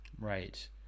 Right